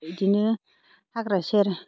बिदिनो हाग्रा सेर